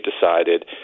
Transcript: decided